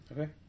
Okay